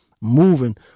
moving